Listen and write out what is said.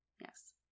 yes